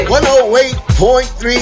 108.3